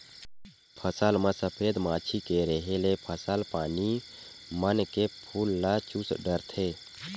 फसल म सफेद मांछी के रेहे ले फसल पानी मन के फूल ल चूस डरथे